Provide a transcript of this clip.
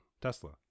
Tesla